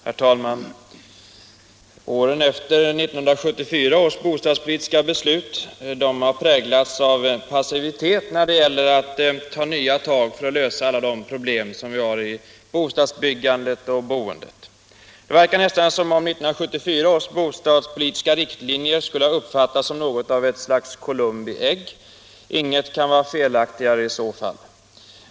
Herr talman! Åren efter 1974 års bostadspolitiska beslut har präglats av passivitet när det gäller att ta nya tag för att lösa alla problem som vi har i bostadsbyggandet och boendet. Det verkar nästan som om 1974 års bostadspolitiska riktlinjer skulle ha uppfattats som något av ett Columbi ägg — ingenting kan i så fall vara felaktigare.